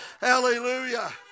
Hallelujah